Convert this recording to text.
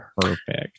Perfect